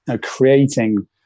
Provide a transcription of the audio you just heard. creating